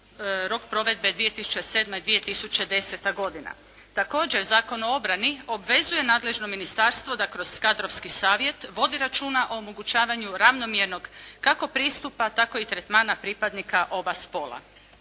rok provedbe je 2007. i 2010. godina. Također, Zakon o obrani obvezuje nadležno ministarstvo da kroz kadrovski savjet vodi računa o omogućavanju ravnomjernog kako pristupa, tako i tretmana pripadnika oba spola.